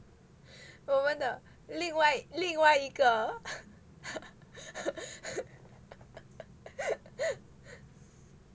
我们的另外另外一个